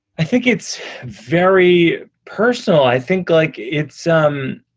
i think it's very personal. i think like it's um